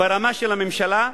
ברמה של הממשלה,